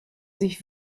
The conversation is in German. sich